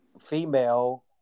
female